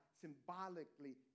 symbolically